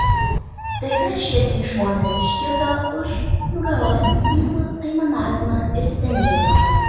staiga šie trys žmonės išgirdo už nugaros tylų aimanavimą ir stenėjimą